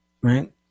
right